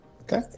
Okay